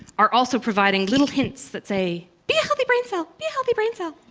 are also providing little hints that say be a healthy brain cell, be a healthy brain cell'.